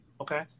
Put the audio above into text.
okay